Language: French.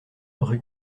rue